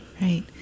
Right